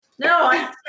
No